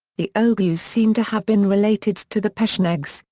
the oghuz seem to have been related to the pechenegs,